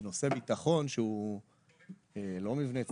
כששמעתי את